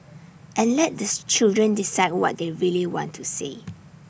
and let the children decide what they really want to say